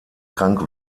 krank